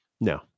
No